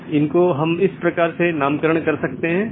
BGP के साथ ये चार प्रकार के पैकेट हैं